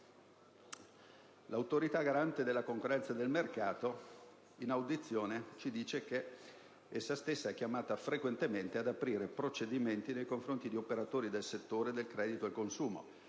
L'Autorità garante della concorrenza e del mercato in audizione ha evidenziato che essa stessa è chiamata frequentemente ad aprire procedimenti nei confronti di operatori del settore del credito al consumo